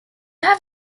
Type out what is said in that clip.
have